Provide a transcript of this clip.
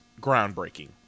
groundbreaking